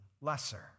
lesser